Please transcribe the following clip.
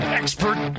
expert